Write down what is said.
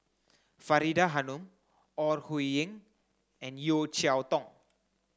Faridah Hanum Ore Huiying and Yeo Cheow Tong